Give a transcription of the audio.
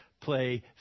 play